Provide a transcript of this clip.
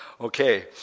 Okay